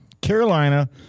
Carolina